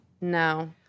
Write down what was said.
No